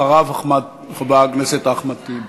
ואחריו, חבר הכנסת אחמד טיבי.